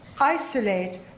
isolate